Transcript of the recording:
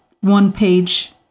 one-page